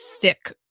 thick